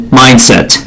mindset